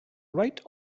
right